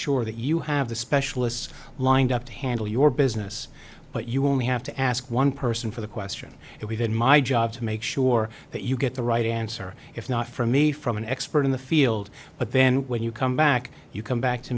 sure that you have the specialists lined up to handle your business but you only have to ask one person for the question if we did my job to make sure that you get the right answer if not for me from an expert in the field but then when you come back you come back to